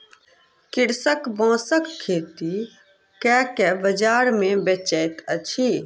कृषक बांसक खेती कय के बाजार मे बेचैत अछि